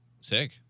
Sick